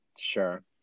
Sure